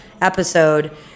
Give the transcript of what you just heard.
episode